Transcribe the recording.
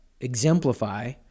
exemplify